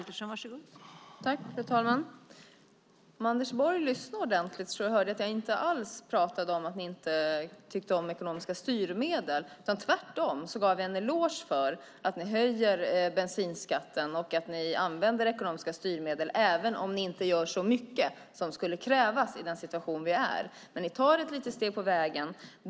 Fru talman! Om Anders Borg lyssnade ordentligt kunde han höra att jag inte alls pratade om att ni inte tycker om ekonomiska styrmedel. Tvärtom gav jag er en eloge för att ni höjer bensinskatten och för att ni använder ekonomiska styrmedel även om ni inte gör så mycket som skulle krävas i den situation vi nu är i. Ni tar i alla fall ett litet steg på vägen.